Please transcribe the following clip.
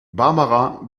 barbara